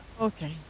Okay